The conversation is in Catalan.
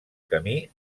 camí